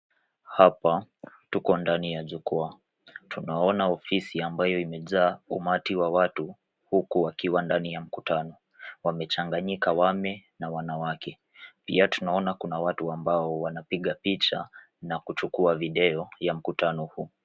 Hapa tuko ndani ya jukwaa. Tunaona ofisi ambayo imejaa umati wa watu huku wakiwa ndani ya mkutano wamechanganyika waume na wanawake. Pia tunaona kuna watu ambao wanapiga picha na kuchukua video ya mkutano huu.